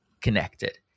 connected